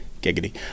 Giggity